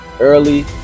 early